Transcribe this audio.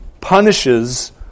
punishes